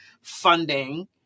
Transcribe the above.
funding